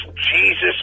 Jesus